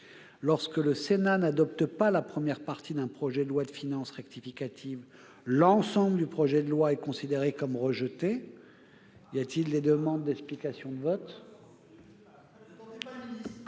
lorsque le Sénat n'adopte pas la première partie d'un projet de loi de finances rectificative, l'ensemble du projet de loi est considéré comme rejeté. La parole est à M. Claude Raynal, pour explication de vote.